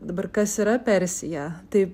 dabar kas yra persija tai